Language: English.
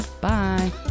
Bye